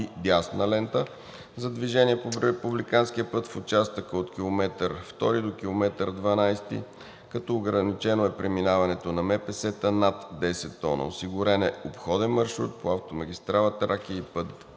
дясна лента за движение по републиканския път в участъка от км 2 до км 12, като е ограничено преминаването на МПС-та над 10 т. Осигурен е обходен маршрут по автомагистрала „Тракия“ и път